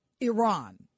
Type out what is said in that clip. Iran